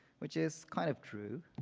which is kind of true,